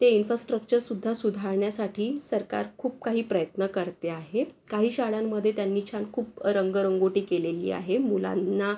ते इन्फास्ट्रक्चरसुद्धा सुधारण्यासाठी सरकार खूप काही प्रयत्न करते आहे काही शाळांमध्ये त्यांनी छान खूप रंगरंगोटी केलेली आहे मुलांना